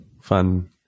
fun